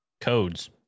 codes